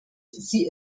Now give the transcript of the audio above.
sie